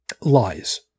lies